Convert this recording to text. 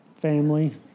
family